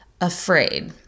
afraid